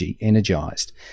energized